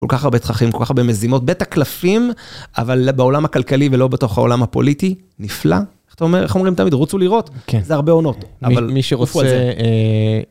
כל כך הרבה תככים, כל כך הרבה מזימות. בית הקלפים, אבל בעולם הכלכלי ולא בתוך העולם הפוליטי. נפלא. איך אומרים תמיד, רוצו לראות, זה הרבה עונות. אבל מי שרוצה...